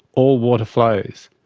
all water flows.